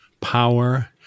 power